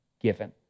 given